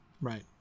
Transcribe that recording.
right